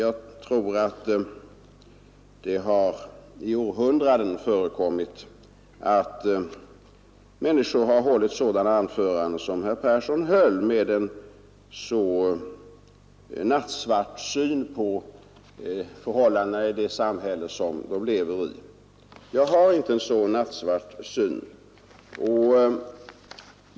Jag tror att det i århundraden förekommit att människor har hållit sådana anföranden som herr Persson höll med en så nattsvart syn på förhållandena i det samhälle som de lever i. Jag har inte en så nattsvart syn.